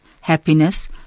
happiness